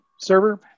server